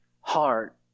heart